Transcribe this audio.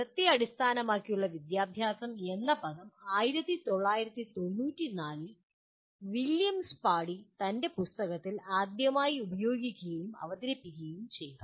ഫലത്തെ അടിസ്ഥാനമാക്കിയുള്ള വിദ്യാഭ്യാസം എന്ന പദം 1994 ൽ വില്യം സ്പാഡി തൻ്റെ പുസ്തകത്തിൽ ആദ്യമായി ഉപയോഗിക്കുകയും അവതരിപ്പിക്കുകയും ചെയ്തു